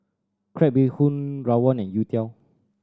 crab bee hoon rawon and youtiao